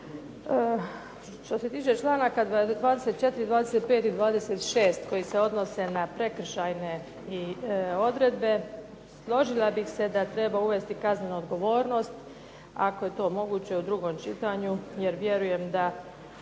Što se tiče članaka 24., 25. i 26. koji se odnose na prekršajne odredbe složila bih se da treba uvesti kaznenu odgovornost. Ako je to moguće u drugom čitanju jer vjerujem da,